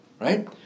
right